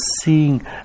seeing